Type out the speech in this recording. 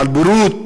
על בורות,